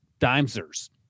Dimesers